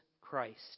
Christ